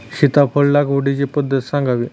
सीताफळ लागवडीची पद्धत सांगावी?